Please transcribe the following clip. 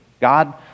God